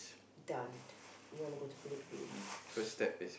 done you want to go to Philippines